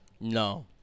No